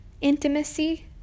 intimacy